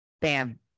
bam